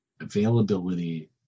availability